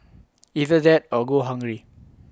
either that or go hungry